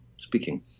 speaking